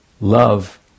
love